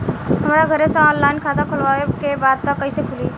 हमरा घरे से ऑनलाइन खाता खोलवावे के बा त कइसे खुली?